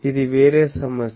ఇది వేరే సమస్య